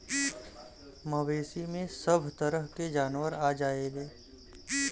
मवेसी में सभ तरह के जानवर आ जायेले